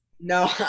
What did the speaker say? No